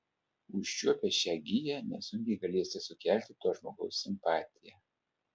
užčiuopę šią giją nesunkiai galėsite sukelti to žmogaus simpatiją